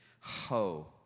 Ho